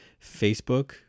Facebook